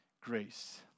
grace